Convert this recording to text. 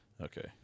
okay